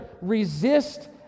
resist